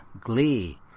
Glee